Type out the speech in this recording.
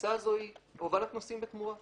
הטיסה הזאת היא הובלת נוסעים בתמורה.